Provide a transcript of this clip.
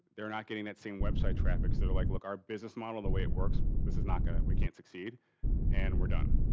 they're not getting that same website traffic. so, they're like, look, our business model, the way it works, this is not going to, we can't succeed and we're done.